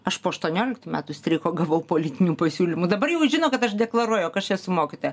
aš po aštuonioliktų metų streiko gavau politinių pasiūlymų dabar jau žino kad aš deklaruoju kad aš esu mokytoja